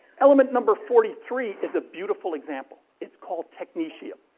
element number forty-three is a beautiful example. it's called technetium.